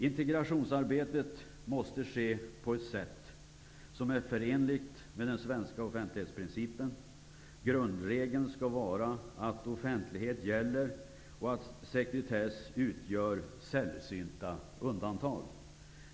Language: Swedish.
Integrationsarbetet måste ske på ett sätt som är förenligt med den svenska offentlighetsprincipen. Grundregeln skall vara att offentlighet gäller och att sekretess utgör sällsynta undantag.